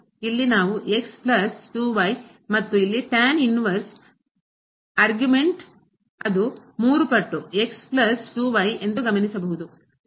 ಇಲ್ಲಿ ನಾವು ಪ್ಲಸ್ 2 ಮತ್ತು ಇಲ್ಲಿ ಆರ್ಗ್ಯುಮೆಂಟ್ ಅದು ಪಟ್ಟು ಪ್ಲಸ್ 2 ಎಂದು ಗಮನಿಸಬಹುದು